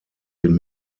den